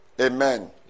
Amen